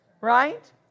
right